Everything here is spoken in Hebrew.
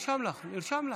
נרשם, נרשם לך.